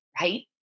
right